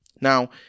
Now